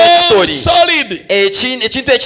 solid